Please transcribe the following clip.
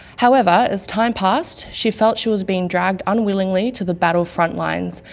however, as time passed, she felt she was being dragged unwillingly to the battle front lines,